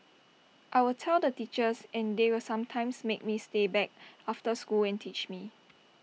I'll tell the teachers and they will sometimes make me stay back after school and teach me